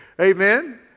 Amen